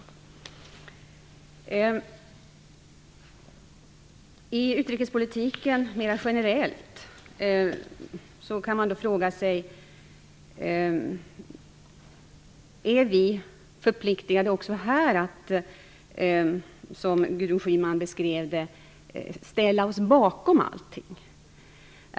När det gäller utrikespolitiken mera generellt kan man fråga sig: Är vi också här förpliktade att, som Gudrun Schyman beskrev detta, ställa oss bakom allting?